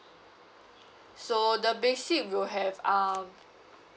so the basic will have um